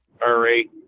Hurry